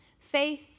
faith